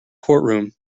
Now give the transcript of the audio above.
courtroom